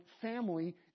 family